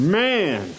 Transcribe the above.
man